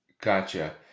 Gotcha